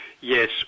yes